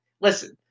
Listen